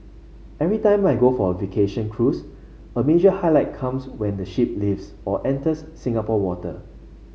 every time I go for a vacation cruise a major highlight comes when the ship leaves or enters Singapore water